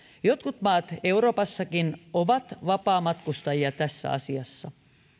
jotkut maat euroopassakin ovat vapaamatkustajia tässä asiassa